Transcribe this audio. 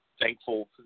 thankful